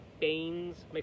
Baines